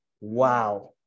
wow